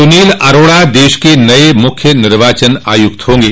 सुनील अरोड़ा देश के नए मुख्य निर्वाचन आयुक्त होंगे